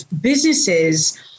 businesses